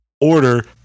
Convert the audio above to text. Order